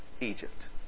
Egypt